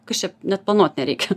kas čia net planuot nereikia